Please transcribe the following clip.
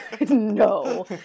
no